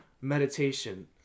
meditation